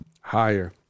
Higher